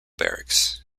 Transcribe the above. barracks